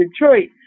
Detroit